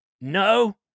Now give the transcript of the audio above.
no